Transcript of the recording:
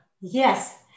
Yes